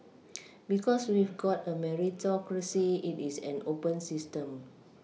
because we've got a Meritocracy it is an open system